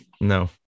no